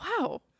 wow